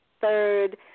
third